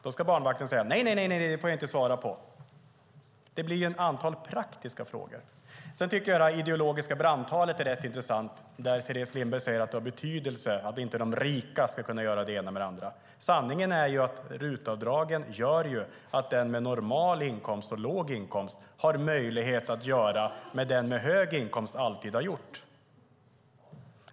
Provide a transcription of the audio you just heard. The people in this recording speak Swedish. Det leder till ett antal praktiska frågor. I sitt ideologiska brandtal säger Teres Lindberg att det har betydelse att de rika inte ska kunna göra det ena med det andra. Sanningen är att RUT-avdragen gör att de med normal och låg inkomst har möjlighet att göra det som den med hög inkomst alltid har gjort.